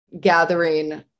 gathering